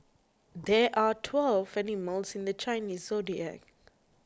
there are twelve animals in the Chinese zodiac